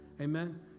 Amen